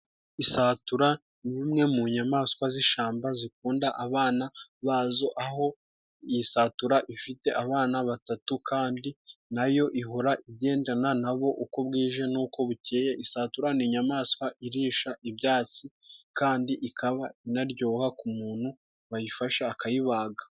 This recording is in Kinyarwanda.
Isatura ni imwe mu nyamaswa z'ishyamba zikunda abana bazo, aho iyi satura ifite abana batatu kandi na yo ihora igendana nabo uko bwije n'uko bukeye. Isatura ni inyamaswa irisha ibyatsi kandi ikanaryoha ku muntu wayifashe akayibaga.